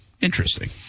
Interesting